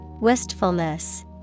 Wistfulness